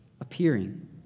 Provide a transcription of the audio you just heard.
appearing